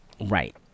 right